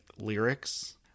lyrics